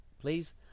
Please